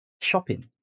shopping